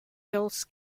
hills